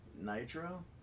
Nitro